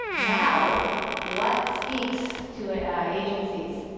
now what speaks to agencies?